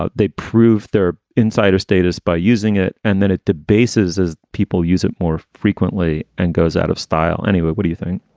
ah they prove their insider status by using it, and then it debases as people use it more frequently and goes out of style anyway. what do you think?